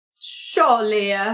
Surely